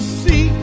see